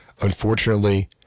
Unfortunately